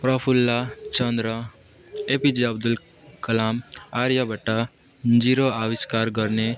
प्रफुल्ल Chandra APJ Abdul Kalam Aryabhata zero आविष्कार गर्ने